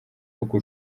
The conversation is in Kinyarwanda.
uko